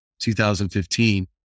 2015